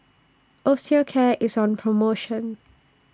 Osteocare IS on promotion